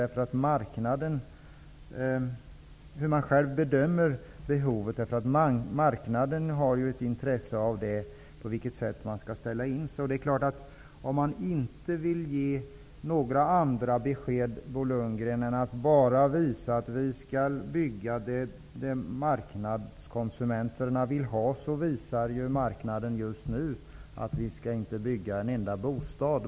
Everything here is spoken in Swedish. Det är viktigt hur man bedömer behovet eftersom marknaden har intresse av på vilket sätt man skall ställa in sig. Om man som Bo Lundgren inte vill ge några besked, utan bara vill visa att vi skall bygga det som marknadskonsumenterna vill ha, visar marknaden nu att det skulle leda till att vi inte skall bygga en enda bostad.